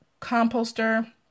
composter